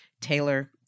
Taylor